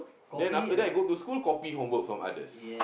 then after that go to school copy homework from others